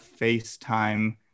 FaceTime